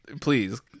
Please